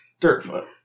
Dirtfoot